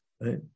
right